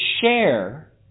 share